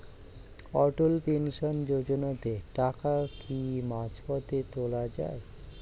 অটল pension যোজনাতে টাকা কি মাঝপথে তোলা যায়?